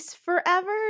forever